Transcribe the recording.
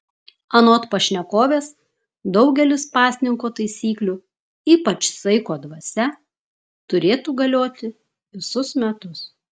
anot pašnekovės daugelis pasninko taisyklių ypač saiko dvasia turėtų galioti visus metus